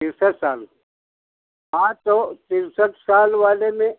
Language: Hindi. तिरसठ साल हाँ तो तिरसठ साल वाले में